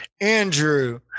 Andrew